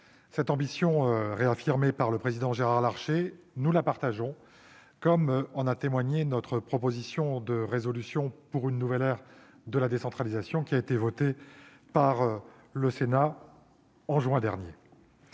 Cette ambition, réaffirmée par le président Gérard Larcher, nous la partageons, ainsi qu'en a témoigné notre proposition de résolution pour une nouvelle ère de la décentralisation adoptée par le Sénat au mois de juin.